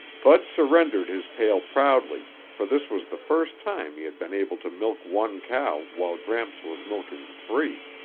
bud surrendered his pail proudly for this was the first time he had been able to milk one cow while gramps was milking three.